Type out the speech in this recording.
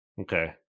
Okay